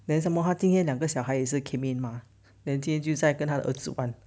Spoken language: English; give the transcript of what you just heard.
then some more 他今天两个小孩也是 came in 吗 then 今天就跟他的儿子玩